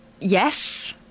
Yes